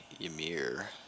Ymir